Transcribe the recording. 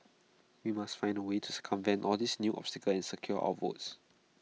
we must find A way to circumvent all these new obstacles and secure our votes